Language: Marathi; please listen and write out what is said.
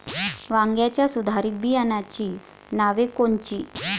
वांग्याच्या सुधारित बियाणांची नावे कोनची?